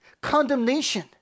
Condemnation